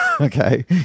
Okay